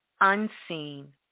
unseen